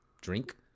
drink